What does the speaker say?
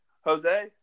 jose